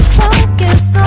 focus